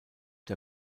der